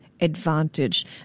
advantage